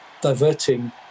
diverting